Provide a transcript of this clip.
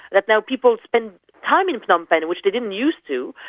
that now people spend time in phnom penh, which they didn't used to,